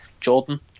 Jordan